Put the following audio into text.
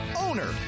Owner